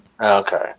Okay